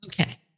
Okay